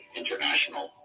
international